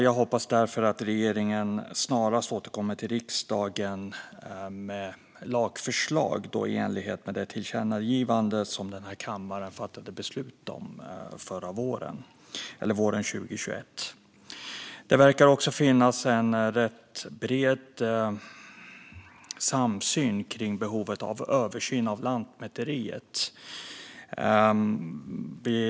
Jag hoppas därför att regeringen snarast återkommer till riksdagen med lagförslag i enlighet med det tillkännagivande som kammaren fattade beslut om våren 2021. Det verkar också finnas en rätt bred samsyn om behovet av översyn av Lantmäteriet.